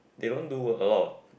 they don't do a lot of